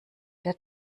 der